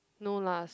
no lah